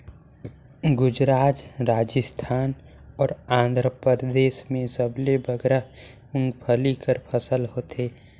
गुजरात, राजिस्थान अउ आंध्रपरदेस में सबले बगरा मूंगफल्ली कर फसिल होथे